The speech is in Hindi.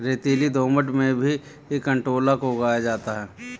रेतीली दोमट में भी कंटोला को उगाया जाता है